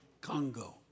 Congo